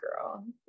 girl